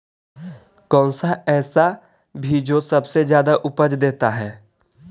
कौन सा ऐसा भी जो सबसे ज्यादा उपज देता है?